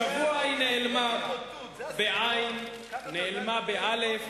השבוע היא נעלמה בעי"ן ונאלמה באל"ף.